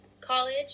college